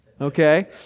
okay